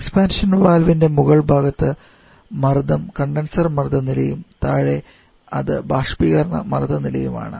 expansion വാൽവിന്റെ മുകൾ ഭാഗത്ത് മർദ്ദം കണ്ടൻസർ മർദ്ദ നിലയും താഴേ അത് ബാഷ്പീകരണ മർദ്ദ നിലയുമാണ്